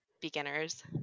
beginners